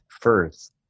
first